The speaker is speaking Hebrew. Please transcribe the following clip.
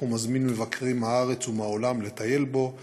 המזמין מבקרים מהארץ ומהעולם לטייל בו וללמוד,